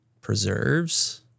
preserves